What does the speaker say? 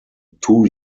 two